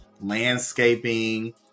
landscaping